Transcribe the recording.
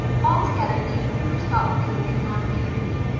altogether, the improvers thought that they were getting on beautifully,